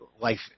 life